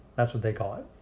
that's what they call it